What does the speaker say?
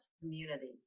communities